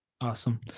Awesome